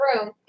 room